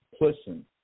listen